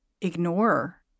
ignore